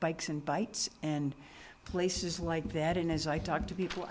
bikes and bites and places like that and as i talk to